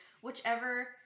whichever